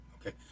Okay